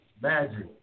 Magic